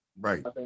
right